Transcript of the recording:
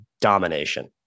domination